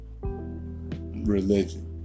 religion